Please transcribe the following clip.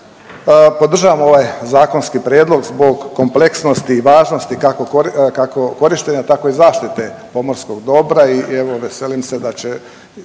Podržavam ovaj zakonski prijedlog zbog kompleksnosti i važnosti kako korištenja tako i zaštite pomorskog dobra i evo veselim se da će